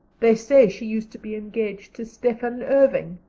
they say she used to be engaged to stephan irving.